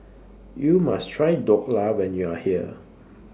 YOU must Try Dhokla when YOU Are here